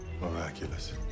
Miraculous